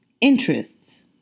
interests